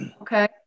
okay